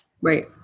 right